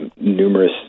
numerous